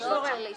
יש